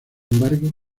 embargo